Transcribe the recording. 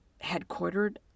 headquartered